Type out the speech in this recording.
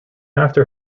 after